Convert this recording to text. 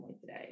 today